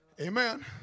Amen